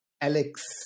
Alex